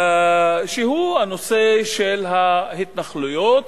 שהוא נושא ההתנחלויות,